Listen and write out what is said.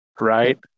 Right